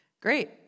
Great